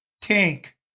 tank